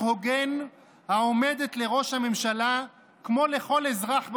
הוגן העומדת לראש הממשלה כמו לכל אזרח במדינה.